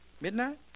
Midnight